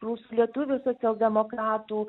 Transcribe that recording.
prūsų lietuvių socialdemokratų